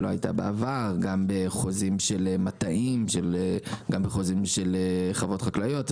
שלא הייתה בעבר; גם בחוזים של מטעים; גם בחוזים של חוות חקלאיות.